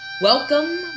Welcome